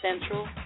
Central